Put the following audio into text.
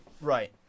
Right